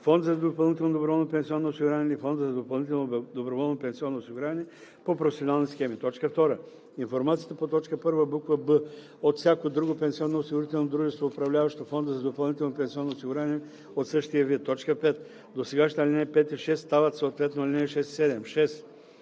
фонда за допълнително доброволно пенсионно осигуряване или фонда за допълнително доброволно пенсионно осигуряване по професионални схеми; 2. информацията по т. 1, буква „б“ от всяко друго пенсионноосигурително дружество, управляващо фонд за допълнително пенсионно осигуряване от същия вид.“ 5. Досегашните ал. 5 и 6 стават съответно ал. 6 и 7. 6.